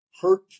hurt